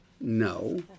No